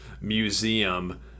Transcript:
museum